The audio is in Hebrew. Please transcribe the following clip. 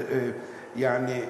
יעני,